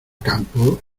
campo